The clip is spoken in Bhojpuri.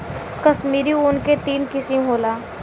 कश्मीरी ऊन के तीन किसम होला